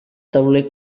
tauler